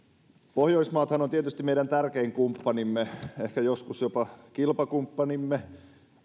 pohjoismaathan ovat tietysti meidän tärkein kumppanimme ehkä joskus jopa kilpakumppanimme